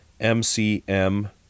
MCM